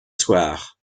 soir